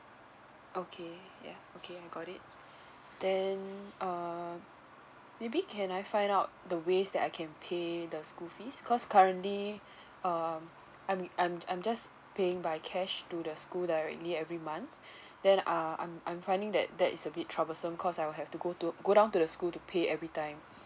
okay yeah okay I got it then err maybe can I find out the ways that I can pay the school fees cause currently um I'm I'm I'm just paying by cash to the school directly every month then uh I'm I'm finding that that is a bit troublesome cause I'll have to go to go down to the school to pay every time